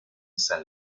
san